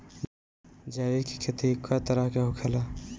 जैविक खेती कए तरह के होखेला?